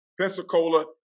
Pensacola